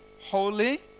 holy